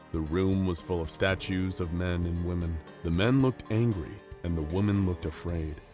the room was full of statues of men and women. the men looked angry, and the women looked afraid.